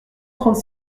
trente